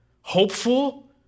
Hopeful